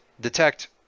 detect